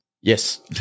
Yes